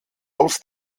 aus